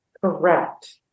correct